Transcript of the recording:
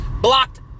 Blocked